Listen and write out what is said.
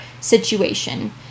situation